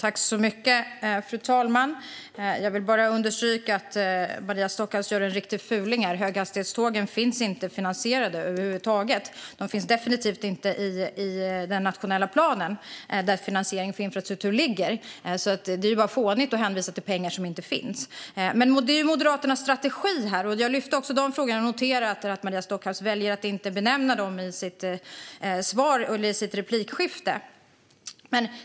Fru talman! Jag vill bara understryka att Maria Stockhaus gör en riktig fuling här: Höghastighetstågen är inte finansierade över huvud taget. De finns definitivt inte i den nationella planen där finansiering för infrastruktur ligger, så det är bara fånigt att hänvisa till pengar som inte finns. Det är dock Moderaternas strategi, och jag lyfte också de frågorna. Jag noterar att Maria Stockhaus väljer att inte nämna dem i sin replik.